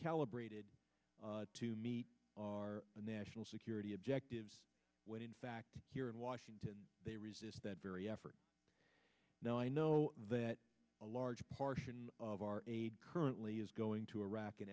calibrated to meet our national security objectives when in fact here in washington they resist that very effort now i know that a large portion of our aid currently is going to iraq and